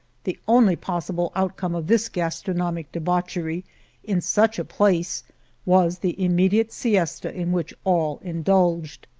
the only possible out come of this gastronomic debauchery in such a place was the immediate siesta in which all indulged.